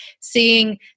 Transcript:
seeing